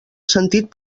sentit